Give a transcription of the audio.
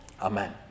Amen